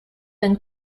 been